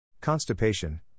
Constipation